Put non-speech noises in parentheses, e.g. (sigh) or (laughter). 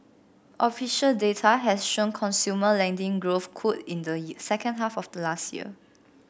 official data has shown consumer lending growth cooled in the (unintelligible) second half of last year